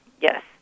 yes